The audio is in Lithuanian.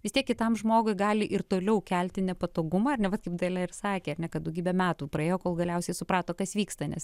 vis tiek kitam žmogui gali ir toliau kelti nepatogumą ar ne vat kaip dalia ir sakė kad daugybę metų praėjo kol galiausiai suprato kas vyksta nes